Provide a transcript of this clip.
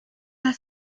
las